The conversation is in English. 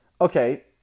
Okay